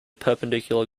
perpendicular